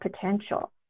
potential